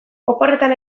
oporretan